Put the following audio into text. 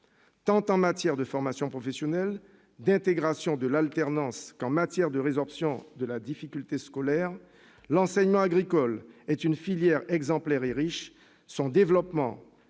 En matière tant de formation professionnelle que d'intégration de l'alternance ou de résorption de la difficulté scolaire, l'enseignement agricole est une filière exemplaire et riche, et son développement